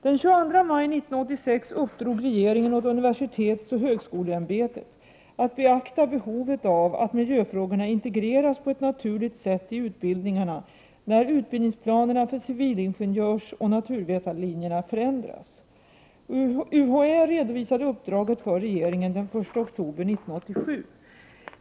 Den 22 maj 1986 uppdrog regeringen åt universitetsoch högskoleämbetet att beakta behovet av att miljöfrågorna integreras på ett naturligt sätt i utbildningarna när utbildningsplanerna för civilingenjörsoch naturvetarlinjerna förändras. UHÄ redovisade uppdraget för regeringen den 1 oktober 1987.